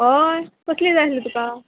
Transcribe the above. हय कसली जाय आसली तुका